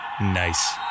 nice